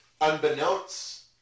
unbeknownst